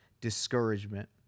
discouragement